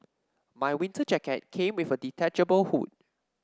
my winter jacket came with a detachable hood